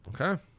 Okay